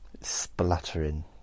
spluttering